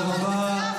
אין צורך.